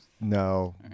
no